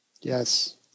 Yes